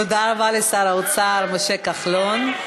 תודה רב לשר האוצר משה כחלון.